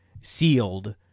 sealed